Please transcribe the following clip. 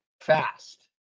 Fast